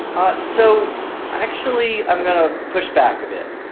ah so actually, i'm going to push back a bit.